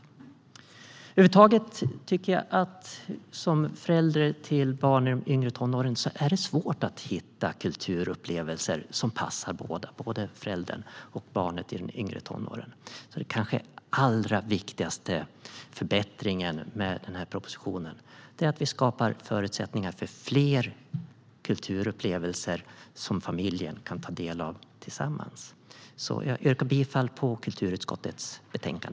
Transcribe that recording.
Över huvud taget tycker jag att det som förälder till barn i de yngre tonåren är svårt att hitta kulturupplevelser som passar både föräldern och barnet. Den kanske allra viktigaste förbättringen med den här propositionen är därför att vi skapar förutsättningar för fler kulturupplevelser som familjen kan ta del av tillsammans. Jag yrkar bifall till kulturutskottets förslag.